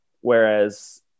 Whereas